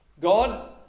God